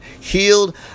healed